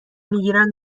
میگیرند